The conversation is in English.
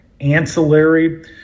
ancillary